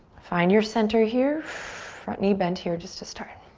find your center here. front knee bend here just to start.